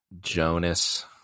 Jonas